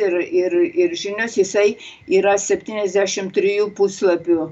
ir ir ir žinios jisai yra septyniasdešim trijų puslapių